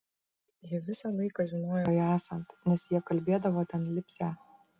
ji visą laiką žinojo ją esant nes jie kalbėdavo ten lipsią